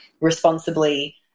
responsibly